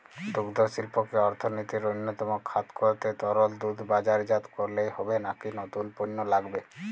দুগ্ধশিল্পকে অর্থনীতির অন্যতম খাত করতে তরল দুধ বাজারজাত করলেই হবে নাকি নতুন পণ্য লাগবে?